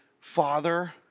father